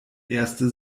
erste